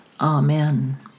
Amen